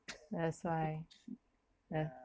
that's why ya